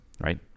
Right